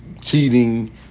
cheating